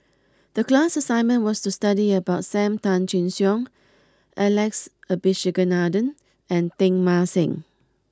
the class assignment was to study about Sam Tan Chin Siong Alex Abisheganaden and Teng Mah Seng